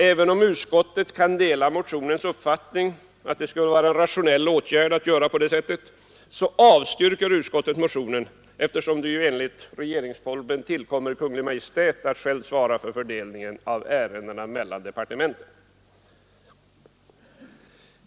Även om utskottet kan dela motionärernas uppfattning att det skulle vara rationellt att göra på det viset avstyrker utskottet motionen, eftersom det enligt regeringsformen tillkommer Kungl. Maj:t att själv svara för fördelningen av ärendena mellan departementen.